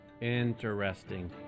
Interesting